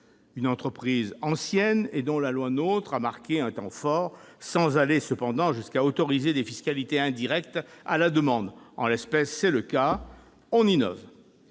cette entreprise ancienne, la loi NOTRe a marqué un temps fort, sans aller cependant jusqu'à autoriser des fiscalités indirectes à la demande. En l'espèce, c'est le cas : on innove